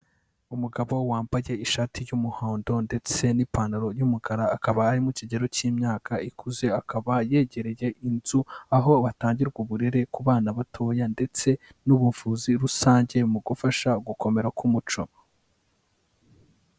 Umugabo wambaye ishati y'umuhondo ndetse n'ipantaro y'umukara akaba ari mu kigero cy'imyaka ikuze, akaba yegereye inzu aho batangirwa uburere ku bana batoya ndetse n'ubuvuzi rusange mu gufasha gukomera k'umuco.